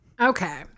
Okay